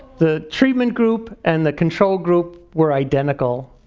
the treatment group and the control group were identical.